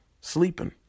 sleeping